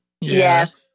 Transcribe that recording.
Yes